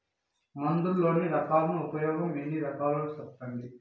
మందులలోని రకాలను ఉపయోగం ఎన్ని రకాలు? సెప్పండి?